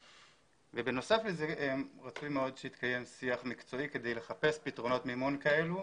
בנוסף לכך רצוי מאוד שיתקיים שיח מקצועי כדי לחפש פתרונות מימון כאלה.